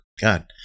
God